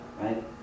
right